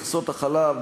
מכסות החלב,